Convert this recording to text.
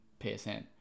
PSN